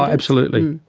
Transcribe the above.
absolutely,